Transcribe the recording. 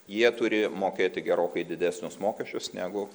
jie turi mokėti gerokai didesnius mokesčius negu